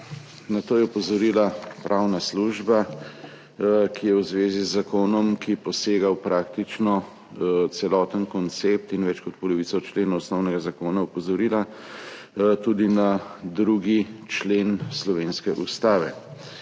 Na to je opozorila pravna služba, ki je v zvezi z zakonom, ki posega v praktično celoten koncept in več kot polovico členov osnovnega zakona, opozorila tudi na 2. člen slovenske ustave